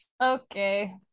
Okay